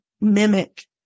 mimic